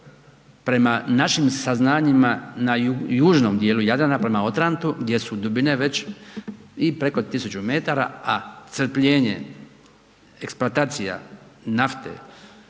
prema našim saznanjima na južnom dijelu Jadrana prema Otrantu gdje su dubine već i preko tisuću metara, a crpljenje, eksploatacija nafte